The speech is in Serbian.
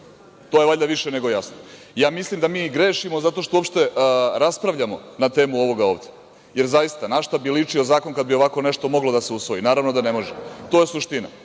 to je valjda više nego jasno. Ja mislim da mi i grešimo zato što uopšte raspravljamo na temu ovoga ovde. Zaista, na šta bi ličio zakon kada bi ovako nešto moglo da se usvoji? Naravno da ne može, to je suština,